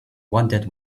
wanted